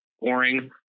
boring